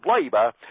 labour